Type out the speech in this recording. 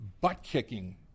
butt-kicking